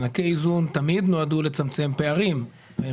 מענקי איזון תמיד נועדו לצמצם פערים והם